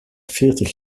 veertig